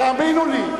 תאמינו לי,